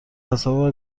تصاویر